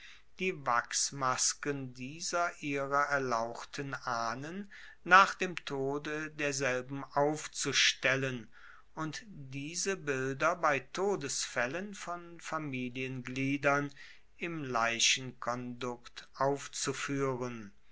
die wachsmasken dieser ihrer erlauchten ahnen nach dem tode derselben aufzustellen und diese bilder bei todesfaellen von familiengliedern im leichenkondukt aufzufuehren